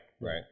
Right